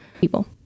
people